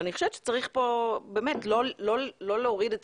אבל אני חושבת שצריך פה באמת לא להוריד את